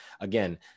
again